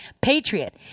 patriot